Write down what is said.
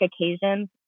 occasions